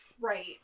right